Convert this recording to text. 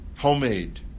Homemade